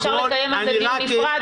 אפשר לקיים על זה דיון נפרד.